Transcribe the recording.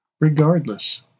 Regardless